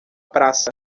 praça